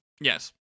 Yes